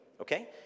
okay